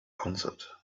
answered